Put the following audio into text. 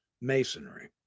Masonry